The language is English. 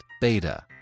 beta